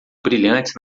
brilhantes